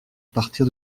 partir